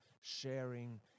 sharing